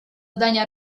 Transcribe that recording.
здание